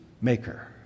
maker